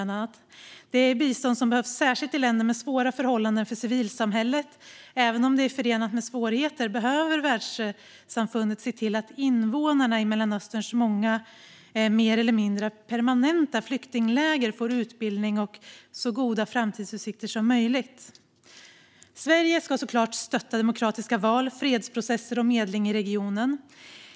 Det är bistånd som behövs, särskilt i länder med svåra förhållanden för civilsamhället. Även om det är förenat med svårigheter behöver världssamfundet se till att invånarna i Mellanösterns många mer eller mindre permanenta flyktingläger får utbildning och så goda framtidsutsikter som möjligt. Sverige ska såklart stötta demokratiska val, fredsprocesser och medling i regionen.